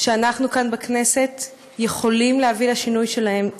שאנחנו כאן בכנסת יכולים להביא לשינוי שלהן,